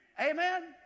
Amen